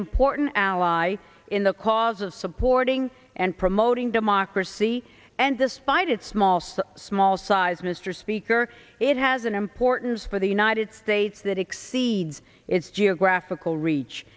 important ally in the cause of supporting and promoting democracy and despite its small size small size mr speaker it has an importance for the united states that exceeds its geographical reach